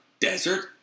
desert